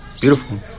beautiful